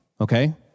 Okay